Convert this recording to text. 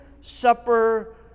supper